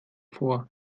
vor